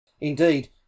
Indeed